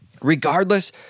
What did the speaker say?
Regardless